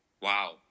Wow